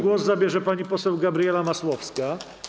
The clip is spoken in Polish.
Głos zabierze pani poseł Gabriela Masłowska.